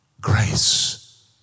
grace